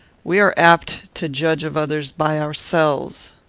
we are apt to judge of others by ourselves.